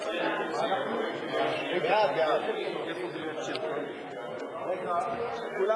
להעביר את הצעת חוק שיקים ללא כיסוי (תיקון,